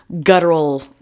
guttural